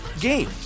game